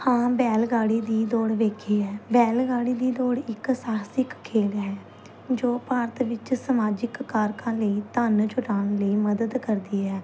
ਹਾਂ ਬੈਲਗੱਡੀ ਦੀ ਦੌੜ ਵੇਖੀ ਹੈ ਬੈਲਗੱਡੀ ਦੀ ਦੌੜ ਇੱਕ ਸਾਹਸਿਕ ਖੇਡ ਹੈ ਜੋ ਭਾਰਤ ਵਿੱਚ ਸਮਾਜਿਕ ਕਾਰਕਾਂ ਲਈ ਧੰਨ ਜੁਟਾਉਣ ਲਈ ਮਦਦ ਕਰਦੀ ਹੈ